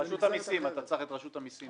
אתה צריך את רשות המיסים.